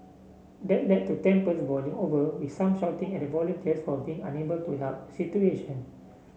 that led to tempers boiling over with some shouting at the volunteers for being unable to help situation